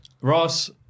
Ross